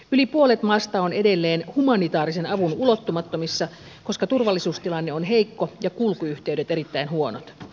yli puolet maasta on edelleen humanitaarisen avun ulottumattomissa koska turvallisuustilanne on heikko ja kulkuyhteydet erittäin huonot